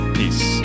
peace